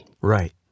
Right